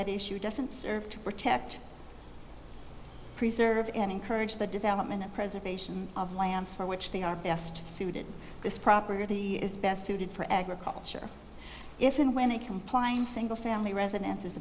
at issue doesn't serve to protect preserve and encourage the development of preservation of lands for which they are best suited this property is best suited for agriculture if and when a compliant single family residence